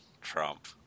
trump